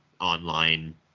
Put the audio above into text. online